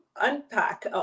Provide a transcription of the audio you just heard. unpack